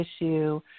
issue